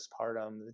postpartum